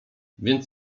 więc